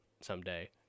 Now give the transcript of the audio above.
someday